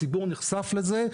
הציבור נחשף לזה.